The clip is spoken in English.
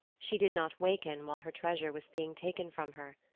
she did not waken while her treasure was being taken from her.